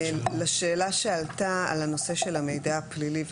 --- לשאלה שעלתה על הנושא של המידע הפלילי,